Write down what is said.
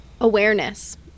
awareness